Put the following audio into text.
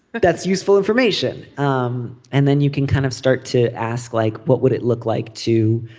but that's useful information um and then you can kind of start to ask like what would it look like to